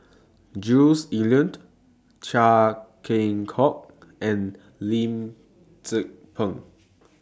Jules Itier Chia Keng Hock and Lim Tze Peng